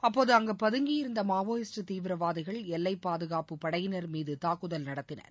அப்போது அங்கு பதுங்கியிருந்த மாவோயிஸ்ட் தீவிரவாதிகள் எல்லைப் பாதுகாப்புப் படையினா் மீது தாக்குதல் நடத்தினர்